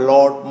Lord